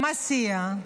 שמסיע,